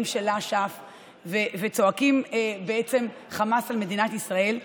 של אש"ף ובעצם צועקים חמס על מדינת ישראל,